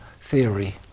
theory